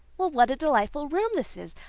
well! what a delightful room this is!